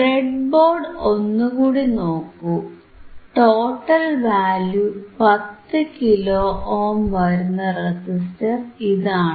breadboard ഒന്നുകൂടി നോക്കൂ total value 10 kilo ohm വരുന്ന റെസിസ്റ്റർ ഇതാണ്